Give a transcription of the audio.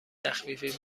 تخفیفی